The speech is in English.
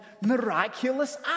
miraculous